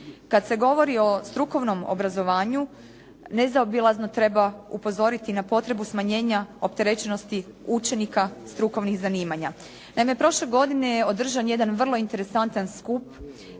Kad se govori o strukovnom obrazovanju nezaobilazno treba upozoriti na potrebu smanjenja opterećenosti učenika strukovnih zanimanja. Naime, prošle godine je održan jedan vrlo interesantan skup